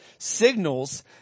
Signals